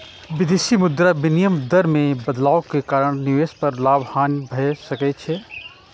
विदेशी मुद्रा विनिमय दर मे बदलाव के कारण निवेश पर लाभ, हानि भए सकै छै